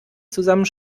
zusammen